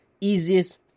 easiest